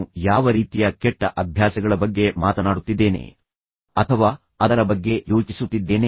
ನಾನು ಯಾವ ರೀತಿಯ ಕೆಟ್ಟ ಅಭ್ಯಾಸಗಳ ಬಗ್ಗೆ ಮಾತನಾಡುತ್ತಿದ್ದೇನೆ ಅಥವಾ ಅದರ ಬಗ್ಗೆ ಯೋಚಿಸುತ್ತಿದ್ದೇನೆ